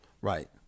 Right